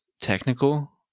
technical